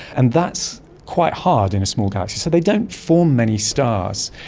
and that's quite hard in a small galaxy. so they don't form many stars.